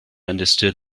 understood